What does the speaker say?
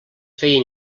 feien